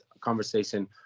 conversation